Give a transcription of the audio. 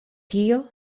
tio